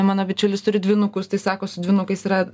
mano bičiulis turi dvynukus tai sako su dvynukais yra